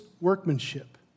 workmanship